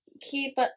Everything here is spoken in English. keep